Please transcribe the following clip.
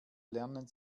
lernen